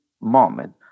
moment